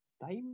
time